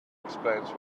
explains